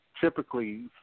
typically